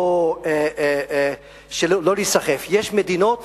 לא להיסחף, יש מדינות